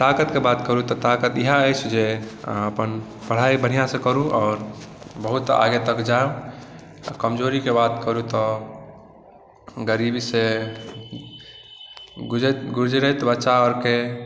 ताकतके बात करू तऽ ताकत इएह अछि जे अहाँ अपन पढ़ाइ बढ़िआँसँ करू आ बहुत आगे तक जाउ कमजोरीके बात करू तऽ गरीबीसँ गुजर गुजरैत बच्चा आओरके